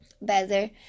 better